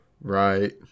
right